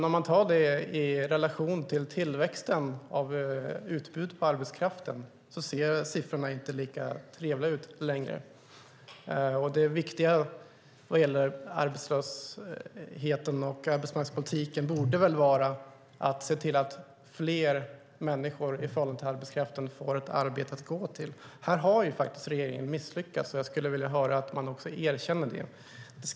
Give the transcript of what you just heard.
Om man sätter det i relation till tillväxten av utbudet på arbetskraft ser siffrorna inte längre lika trevliga ut. Det viktiga när det gäller arbetslösheten och arbetsmarknadspolitiken borde vara att se till att fler människor i förhållande till arbetskraften fick ett arbete att gå till. Här har regeringen misslyckats, och jag skulle vilja att man erkände det.